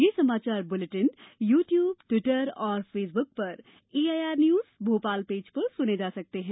ये समाचार bulletin YouTube Twitter और फेसबुक पर एआईआर न्यूज भोपाल पेज पर सुने जा सकते हैं